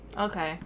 Okay